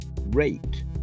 rate